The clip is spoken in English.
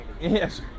yes